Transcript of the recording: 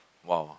!wow!